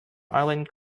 island